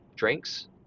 Drinks